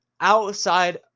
outside